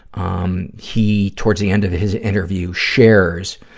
um, he, towards the end of his interview shares